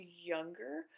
younger